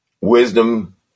Wisdom